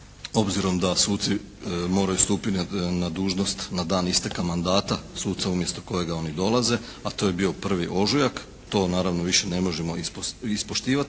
obzirom da suci moraju stupiti na dužnost na dan isteka mandata suca umjesto kojega oni dolaze, a to je bio 1. ožujak, to naravno više ne možemo ispoštivati